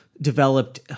developed